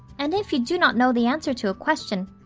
and if you do not know the answer to a question,